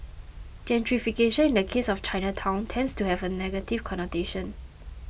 gentrification in the case of Chinatown tends to have a negative connotation